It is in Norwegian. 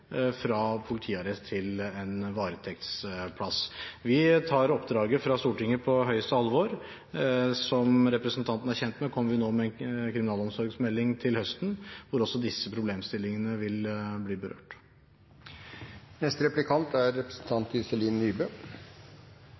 fra politiarrest til en varetektsplass. Vi tar oppdraget fra Stortinget på største alvor. Som representanten er kjent med, kommer vi nå med en kriminalomsorgsmelding til høsten, hvor også disse problemstillingene vil bli